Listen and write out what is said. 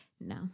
No